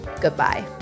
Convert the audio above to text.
goodbye